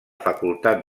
facultat